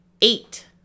eight